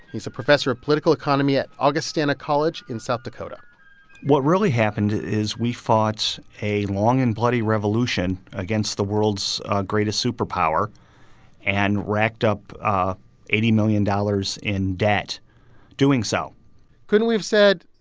he's a professor of political economy at augustana college in south dakota what really happened is we fought a long and bloody revolution against the world's greatest superpower and racked up eighty million dollars in debt doing so couldn't we have said,